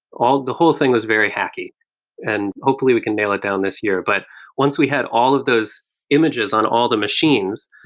the whole thing was very hacky and hopefully we can nail it down this year. but once we had all of those images on all the machines,